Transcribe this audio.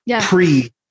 pre